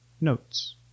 notes